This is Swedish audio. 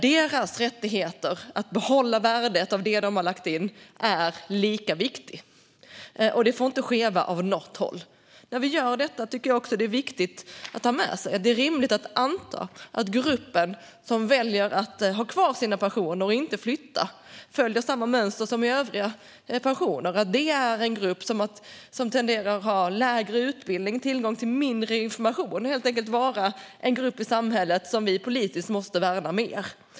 Deras rättighet att behålla värdet av det de har lagt in är lika viktig, och det får inte skeva åt något håll. När vi gör detta tycker jag också att det är viktigt att ha med sig att det är rimligt att anta att pensionerna för gruppen som väljer att ha kvar sina pengar och inte flytta dem följer samma mönster som övriga pensioner. Det är en grupp som tenderar att ha lägre utbildning och tillgång till mindre information. Det är helt enkelt en grupp i samhället som vi politiskt måste värna mer.